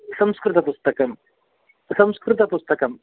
संस्कृतपुस्तकं संस्कृतपुस्तकं